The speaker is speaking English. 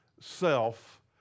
self